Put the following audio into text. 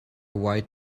white